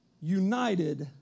united